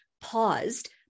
paused